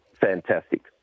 fantastic